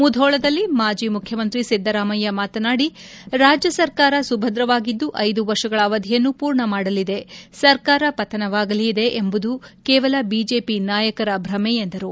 ಮುಧೋಳದಲ್ಲಿ ಮಾಜಿ ಮುಖ್ಯಮಂತ್ರಿ ಸಿದ್ದರಾಮಯ್ಯ ಮಾತನಾದಿ ರಾಜ್ಯ ಸರ್ಕಾರ ಸುಭದ್ರವಾಗಿದ್ದು ಐದು ವರ್ಷಗಳ ಅವಧಿಯನ್ನು ಪೂರ್ಣಮಾಡಲಿದೆ ಸರ್ಕಾರ ಪತನವಾಗಲಿದೆ ಎಂಬುದು ಕೇವಲ ಬಿಜೆಪಿ ನಾಯಕರ ಭ್ರಮೆ ಎಂದರು